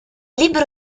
libro